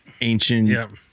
ancient